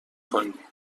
کنی